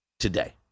today